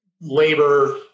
labor